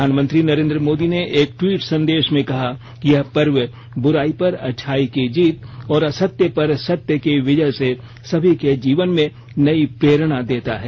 प्रधानमंत्री नरेन्द्र मोदी ने एक ट्वीट संदेश में कहा कि यह पर्व बुराई पर अच्छाई की जीत और असत्य पर सत्य की विजय से सभी के जीवन में नई प्रेरणा देता है